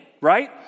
right